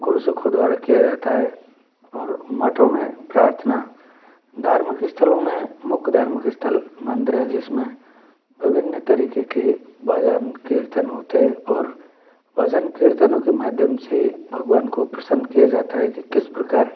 गुरु सिक्खो द्वारा किया जाता है और मठों में प्रार्थना धार्मिक स्थलों में मुख्य धार्मिक स्थल मंदिर है जिसमें विभिन्न तरीके के भजन कीर्तन होते है और भजन कीर्तनों के माध्यम से भगवान को प्रसन्न किया जाता है कि किस प्रकार